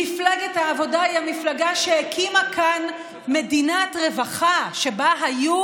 מפלגת העבודה היא המפלגה שהקימה כאן מדינת רווחה שבה היו